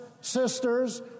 sisters